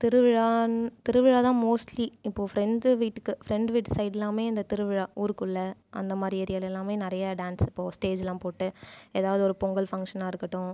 திருவிழான் திருவிழா தான் மோஸ்ட்லி இப்போது ஃப்ரண்ட்ஸ் வீட்டுக்கு ஃப்ரண்ட் வீட்டு சைட்லலாம் அந்த திருவிழா ஊருக்குள்ளே அந்த மாதிரி ஏரியாவில் எல்லாமே நிறைய டான்ஸ் இப்போ ஸ்டேஜ்லாம் போட்டு எதாவது ஒரு பொங்கல் ஃபங்ஷனாக இருக்கட்டும்